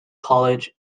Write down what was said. college